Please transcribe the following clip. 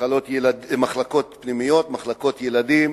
מחלקות ילדים